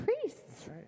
priests